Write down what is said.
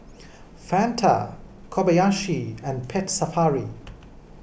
Fanta Kobayashi and Pet Safari